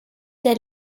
der